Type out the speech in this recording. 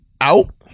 out